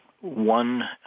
one